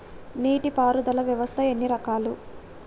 నీటి పారుదల వ్యవస్థ ఎన్ని రకాలు?